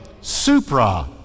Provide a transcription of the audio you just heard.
supra